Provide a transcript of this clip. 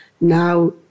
now